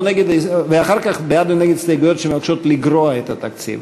ואחר כך בעד או נגד הסתייגויות שמבקשות לגרוע מהתקציב,